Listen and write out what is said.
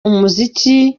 umuziki